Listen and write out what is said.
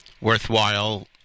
worthwhile